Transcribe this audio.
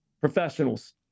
professionals